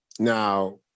Now